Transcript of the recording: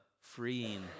freeing